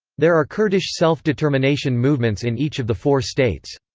there are kurdish self-determination movements in each of the four states.